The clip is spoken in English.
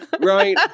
right